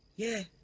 yeah.